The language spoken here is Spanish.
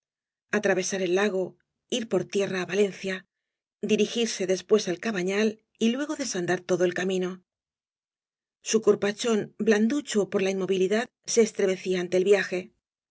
atravesar el lago ir por tierra á valencia dirigirse después al cabañal y luego desandar todo el camino sk corpachón blanducho por la inmovilidad se estre mecía ante el viaje